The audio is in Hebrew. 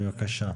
בבקשה.